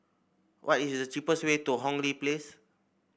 what is the cheapest way to Hong Lee Place